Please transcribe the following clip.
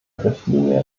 richtlinie